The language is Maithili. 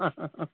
हँ हँ हँ हँ